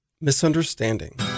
Misunderstanding